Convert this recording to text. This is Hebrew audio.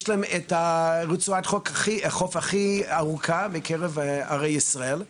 יש להם רצועת חוף הכי ארוכה מקרב ערי ישראל,